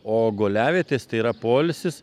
o guliavietės tai yra poilsis